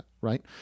right